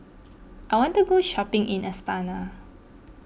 I want to go shopping in Astana